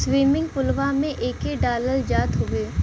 swimming पुलवा में एके डालल जात हउवे